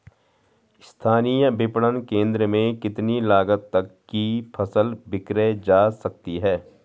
स्थानीय विपणन केंद्र में कितनी लागत तक कि फसल विक्रय जा सकती है?